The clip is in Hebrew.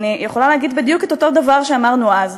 אני יכולה להגיד בדיוק את אותו דבר שאמרנו אז,